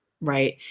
Right